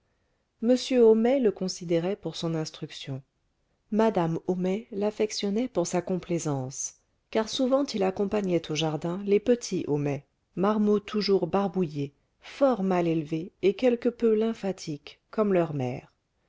m homais le considérait pour son instruction madame homais l'affectionnait pour sa complaisance car souvent il accompagnait au jardin les petits homais marmots toujours barbouillés fort mal élevés et quelque peu lymphatiques comme leur mère